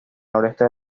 noroeste